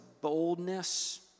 boldness